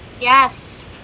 yes